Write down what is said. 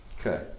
Okay